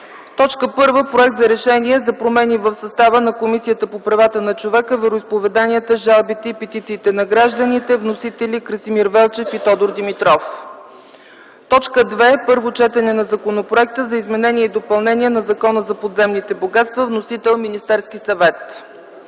г. 1. Проект за Решение за промени в състава на Комисията по правата на човека, вероизповеданията, жалбите и петициите на гражданите. Вносители – Красимир Велчев и Тодор Димитров. 2. Първо четене на Законопроекта за изменение и допълнение на Закона за подземните богатства. Вносител – Министерският съвет.